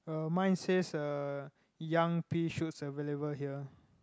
uh mine says uh young pea shoots available here